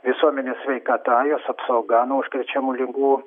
visuomenės sveikata jos apsauga nuo užkrečiamų ligų